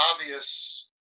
obvious